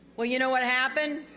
well, you know what happened?